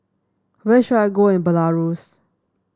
where should I go in Belarus